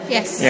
Yes